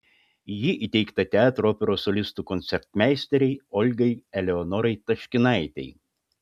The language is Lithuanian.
ji įteikta teatro operos solistų koncertmeisterei olgai eleonorai taškinaitei